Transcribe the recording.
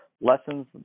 lessons